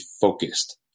focused